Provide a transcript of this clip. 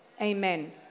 Amen